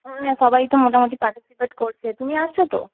হ্যাঁ সবাই তো মোটামোটি পার্টিসিপেট করছে তুমি আসছো তো